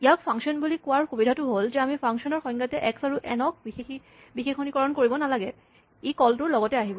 ইয়াক ফাংচন বুলি কোৱাৰ সুবিধাটো হ'ল যে আমি ফাংচনৰ সংজ্ঞাতে এক্স আৰু এন ক বিশেষণীকৰণ কৰিব নালাগে ই কলটোৰ লগতে আহিব